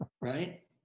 Right